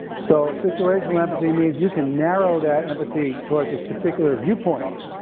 so situational empathy means you can narrow that empathy towards this particular viewpoint,